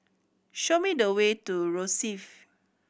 show me the way to Rosyth